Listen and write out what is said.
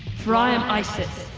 for i am isis,